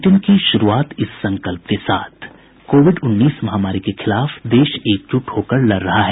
bulletin की शुरूआत इस संकल्प के साथ कोविड उन्नीस महामारी के खिलाफ देश एकजुट होकर लड़ रहा है